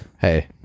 Hey